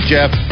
Jeff